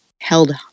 held